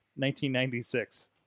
1996